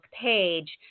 page